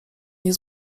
nie